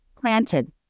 planted